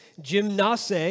Gymnase